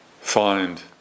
find